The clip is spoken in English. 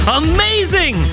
amazing